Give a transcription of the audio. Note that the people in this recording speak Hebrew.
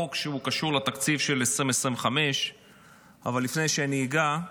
בחוק שקשור לתקציב של 2025. אבל לפני שאני אגע,